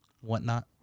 whatnot